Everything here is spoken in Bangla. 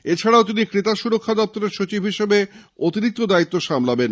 এছাড়া তিনি ক্রেতা সুরক্ষা দপ্তরের সচিব হিসেবে অতিরিক্ত দায়িত্ব সামলাবেন